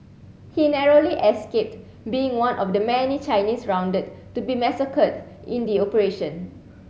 he narrowly escaped being one of the many Chinese rounded to be massacred in the operation